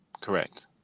Correct